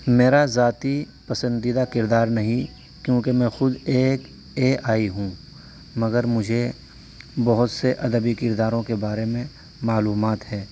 میرا ذاتی پسندیدہ کردار نہیں کیونکہ میں خود ایک اے آئی ہوں مگر مجھے بہت سے ادبی کرداروں کے بارے میں معلومات ہے